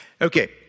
Okay